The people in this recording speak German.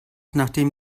nachdem